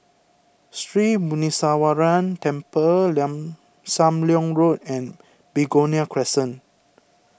Sri Muneeswaran Temple Sam Leong Road and Begonia Crescent